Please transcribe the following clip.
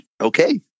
okay